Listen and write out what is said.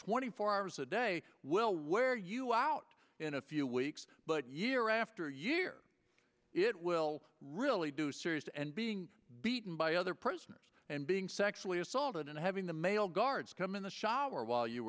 twenty four hours a day it will wear you out in a few weeks but year after year it will really do serious and being beaten by other prisoners and being sexually assaulted and having the male guards come in the shower while